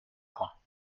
point